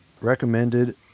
Recommended